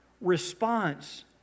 response